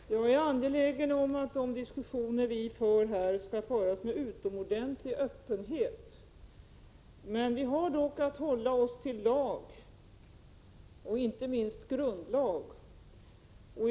Fru talman! Jag är angelägen om att de diskussioner vi för skall föras med utomordentlig öppenhet. Vi har dock att hålla oss till lagen, inte minst grundlagen.